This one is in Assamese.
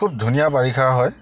খুব ধুনীয়া বাৰিষা হয়